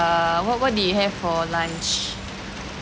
err what what did you have for lunch